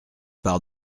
part